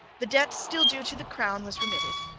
the debt still due to the crown was remitted.